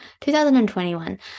2021